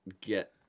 get